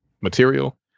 material